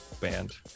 band